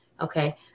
okay